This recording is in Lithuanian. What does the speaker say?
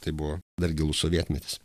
tai buvo dar gilus sovietmetis